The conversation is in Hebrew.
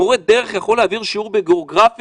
מורה דרך יכול להעביר שיעור בגיאוגרפיה